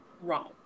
Wrong